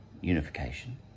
unification